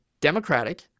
democratic